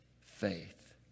faith